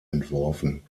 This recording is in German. entworfen